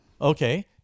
Okay